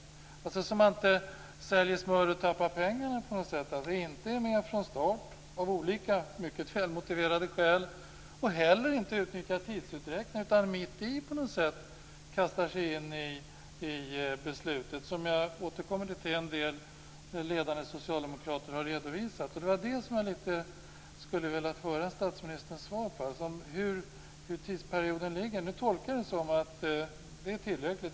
Risken är att man så att säga säljer smöret och tappar pengarna; man är inte med från start av olika, mycket välmotiverade skäl, och man utnyttjar heller inte tidsutdräkten utan kastar sig in i detta beslut mitt i på något sätt. Som jag återkommer till har en del ledande socialdemokrater redovisat detta. Det var det jag skulle ha velat höra statsministerns svar på: Hur ligger tidsperioden egentligen? Nu tolkar jag det som att tiden är tillräcklig.